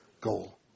goal